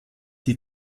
die